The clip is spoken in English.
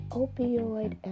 opioid